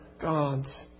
God's